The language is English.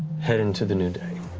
head into the new day,